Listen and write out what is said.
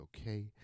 okay